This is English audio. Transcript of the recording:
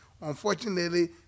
unfortunately